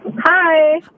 Hi